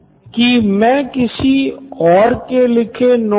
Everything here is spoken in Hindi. Nitin Kurien COO Knoin electronics क्या हम यहाँ साझा करना मान सकते हैं